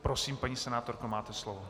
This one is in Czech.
Prosím, paní senátorko, máte slovo.